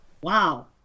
wow